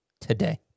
today